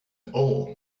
all